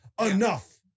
Enough